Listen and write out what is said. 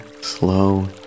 slow